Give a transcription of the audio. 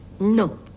No